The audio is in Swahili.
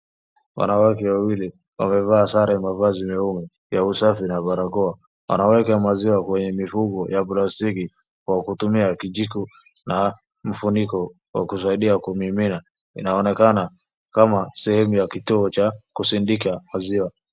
Wanawake wawili wamevaa sare ya mavazi maupe ya usafi na barakoa. Wanaweka maziwa kwenye mifuko ya plastic kwa kutumia kijiko na mfuniko wa kusaidia kumimina. Inaonekana kama sehemu ya kituo cha kusindika maziwa.